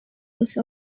use